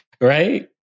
Right